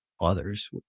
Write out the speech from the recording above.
others